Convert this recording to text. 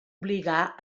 obligà